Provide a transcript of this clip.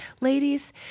Ladies